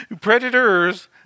Predators